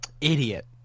Idiot